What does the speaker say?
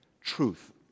truth